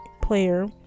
player